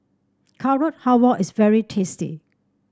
Carrot Halwa is very tasty